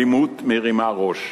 האלימות מרימה ראש.